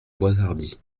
boishardy